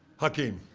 hakim.